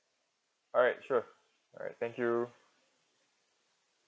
alright sure alright thank you